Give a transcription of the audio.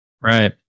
Right